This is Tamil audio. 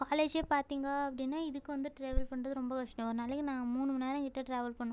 காலேஜே பார்த்தீங்க அப்படின்னா இதுக்கு வந்து ட்ராவல் பண்ணுறது ரொம்ப கஷ்டம் ஒரு நாளைக்கு நான் மூணு மணிநேரம் கிட்ட ட்ராவல் பண்ணணும்